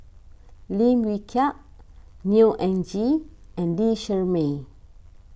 Lim Wee Kiak Neo Anngee and Lee Shermay